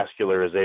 vascularization